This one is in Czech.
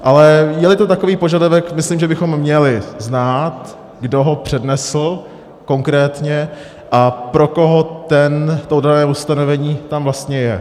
Ale jeli to takový požadavek, myslím, že bychom měli znát, kdo ho přednesl konkrétně a pro koho to dané ustanovení tam vlastně je.